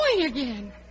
again